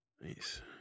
Nice